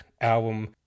album